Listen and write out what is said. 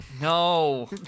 No